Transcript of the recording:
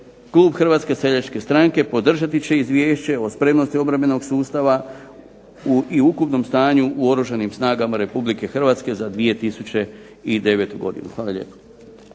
I na kraju klub HSS-a podržati će Izvješće o spremnosti obrambenog sustava i ukupnom stanju u Oružanim snagama RH za 2009. godinu. Hvala lijepo.